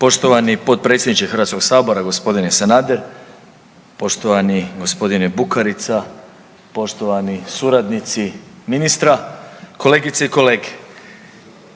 Poštovani potpredsjedniče HS g. Sanader, poštovani g. Bukarica, poštovani suradnici ministra, kolegice i kolege.